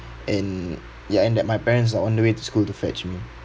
and ya and that my parents are on the way to school to fetch me